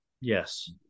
Yes